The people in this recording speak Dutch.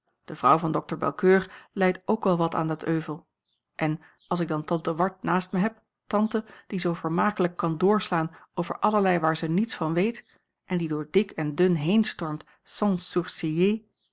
de vrouw van dokter belcoeur lijdt ook wel wat aan dat euvel en als ik dan tante ward naast mij heb tante die zoo vermakelijk kan doorslaan over allerlei waar ze niets van weet en die door dik en dun heen stormt sans